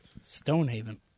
Stonehaven